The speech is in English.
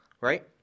right